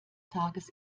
tages